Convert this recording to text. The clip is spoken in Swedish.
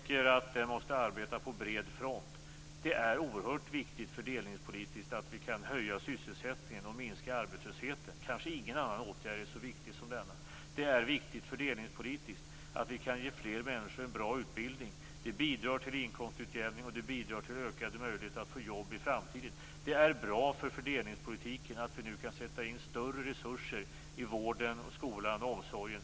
Den måste enligt min mening föras på bred front. Det är oerhört viktigt fördelningspolitiskt att vi kan höja sysselsättningen och minska arbetslösen - kanske ingen annan åtgärd är så viktig som denna. Det är viktigt fördelningspolitiskt att vi kan ge fler människor en bra utbildning. Det bidrar till inkomstutjämning och till ökade möjligheter att få jobb i framtiden. Det är bra för fördelningspolitiken att vi nu kan sätta in större resurser i vården, skolan och omsorgen.